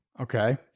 Okay